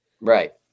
right